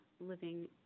living